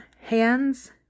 hands